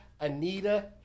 Anita